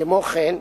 כמו כן,